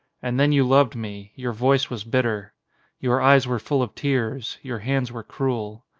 and then you loved me your voice was bitter your eyes were full of tears your hands were cruel.